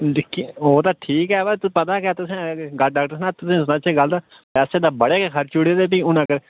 दिक्खी ओह् ते ठीक गै ब पता गै तुसें गल्ल डाक्टर साहब तुसें सनाचै गल्ल पैसे तै बड़े गै खर्ची ओड़े ते फ्ही हून अगर